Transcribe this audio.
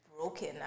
broken